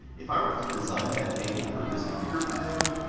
if i were to design that game for this computer, for example,